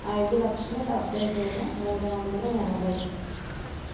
ఐదు లక్షల డెబ్భై వేల ముడు వందల ఎనభై